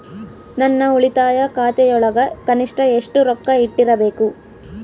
ನನ್ನ ಉಳಿತಾಯ ಖಾತೆಯೊಳಗ ಕನಿಷ್ಟ ಎಷ್ಟು ರೊಕ್ಕ ಇಟ್ಟಿರಬೇಕು?